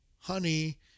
honey